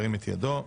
הצבעה אושר.